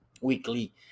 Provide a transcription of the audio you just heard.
weekly